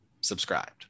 subscribed